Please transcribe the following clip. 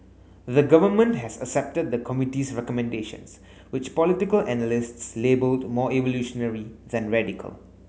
the Government has accepted the committee's recommendations which political analysts labelled more evolutionary than radical